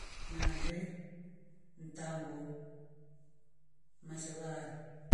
Ngande mtango na mashalaari.